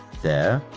there,